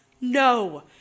No